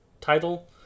title